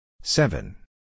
Seven